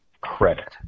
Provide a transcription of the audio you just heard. credit